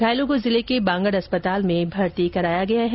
घायलों को जिले के बांगड़ अस्पताल में भर्ती कराया गया है